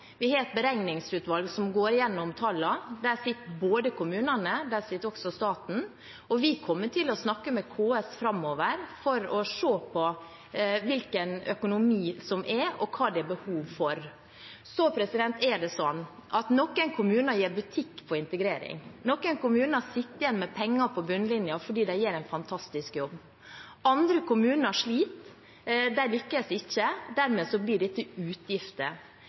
Vi har et beregningsutvalg som går gjennom tallene, og der sitter kommunene, og der sitter også staten. Og vi kommer til å snakke med KS framover for å se på hvordan økonomien er, og hva det er behov for. Så er det sånn at noen kommuner gjør butikk på integrering, noen kommuner sitter igjen med penger på bunnlinjen fordi de gjør en fantastisk jobb. Andre kommuner sliter, de lykkes ikke, og dermed blir dette utgifter. Det